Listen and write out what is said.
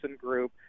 group